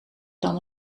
dan